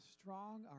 strong